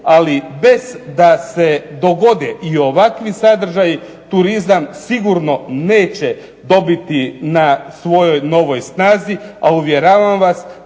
Ali bez da se dogode i ovakvi sadržaji turizam sigurno neće dobiti na svojoj novoj snazi, a uvjeravam vas